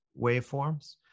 waveforms